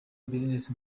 business